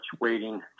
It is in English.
waiting